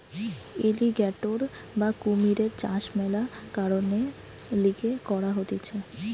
alligator বা কুমিরের চাষ মেলা কারণের লিগে করা হতিছে